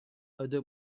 other